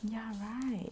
ya right